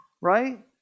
right